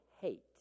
hate